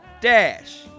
Dash